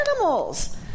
animals